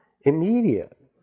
immediate